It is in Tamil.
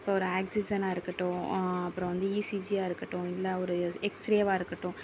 இப்போ ஒரு ஆக்சிஜனாக இருக்கட்டும் அப்புறம் வந்து இசிஜியாக இருக்கட்டும் இல்லை ஒரு எக்ஸ்ரேவாக இருக்கட்டும்